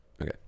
Okay